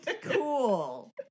cool